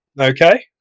Okay